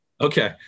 Okay